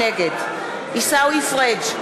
נגד עיסאווי פריג'